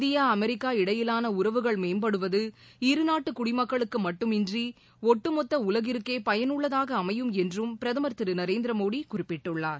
India America இடையிலான உறவுகள் மேம்படுவது இருநாட்டு குடிமக்களுக்கு மட்டுமின்றி ஒட்டுமொத்த உலகிற்கே பயனுள்ளதாக அமையும் என்றும் பிரதமர் திரு மோடி குறிப்பிட்டுள்ளார்